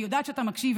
אני יודעת שאתה מקשיב,